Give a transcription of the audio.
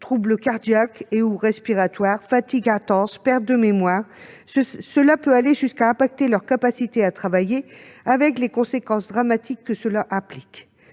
troubles cardiaques et/ou respiratoires, fatigue intense, pertes de mémoire, etc. Cela peut aller jusqu'à affecter leur capacité à travailler, avec les conséquences dramatiques que cela implique.